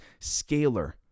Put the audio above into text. Scalar